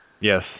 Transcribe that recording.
Yes